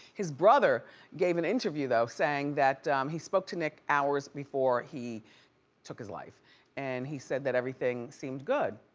his brother gave an interview though saying that he spoke to nick hours before he took his life and he said that everything seemed good.